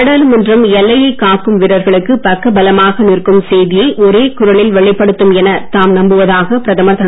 நாடாளுமன்றம் எல்லையை காக்கும் வீரர்களுக்கு பக்கபலமாக நிற்கும் செய்தியை ஒரே குரலில் வெளிப்படுத்தும் எனத் தாம் நம்புவதாக பிரதமர் திரு